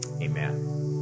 Amen